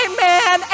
Amen